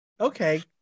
Okay